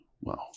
Wow